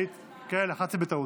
לחצתי בטעות.